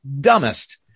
dumbest